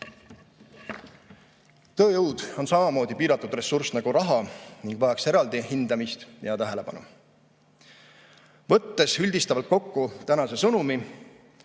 Tööjõud on samamoodi piiratud ressurss nagu raha ning vajaks eraldi hindamist ja tähelepanu. Võttes üldistavalt kokku tänase sõnumi,